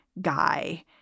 guy